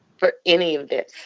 for any of this.